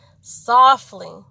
softly